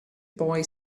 boy